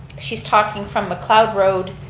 she's talking from macleod road,